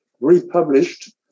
republished